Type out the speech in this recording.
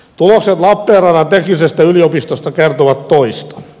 tulokset lappeenrannan teknillisestä yliopistosta kertovat toista